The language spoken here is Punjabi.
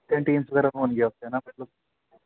ਕੈਂਟੀਨਸ ਵਗੈਰਾ ਹੋਣਗੀਆਂ ਉੱਥੇ ਹੈ ਨਾ ਮਤਲਬ